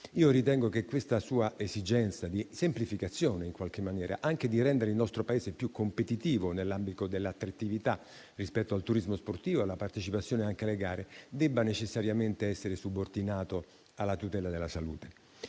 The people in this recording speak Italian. ritengo che questa sua esigenza di semplificazione in qualche maniera, anche al fine di rendere il nostro Paese più competitivo nell'ambito dell'attrattività rispetto al turismo sportivo e alla partecipazione alle gare, debba necessariamente essere subordinato alla tutela della salute.